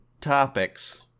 topics